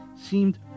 seemed